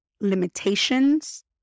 limitations